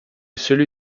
celui